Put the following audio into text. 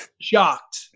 shocked